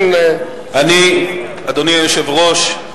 אדוני היושב-ראש,